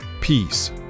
peace